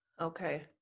Okay